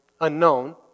unknown